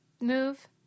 move